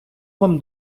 вам